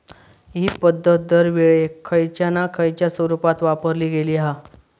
हि पध्दत दरवेळेक खयच्या ना खयच्या स्वरुपात वापरली गेली हा